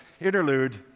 interlude